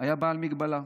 היה בעל מגבלה.